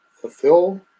Fulfill